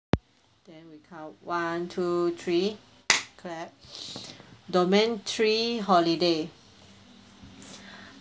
one two three clap domain three holiday